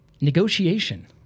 negotiation